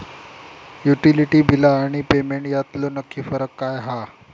Utility बिला आणि payment यातलो नक्की फरक काय हा?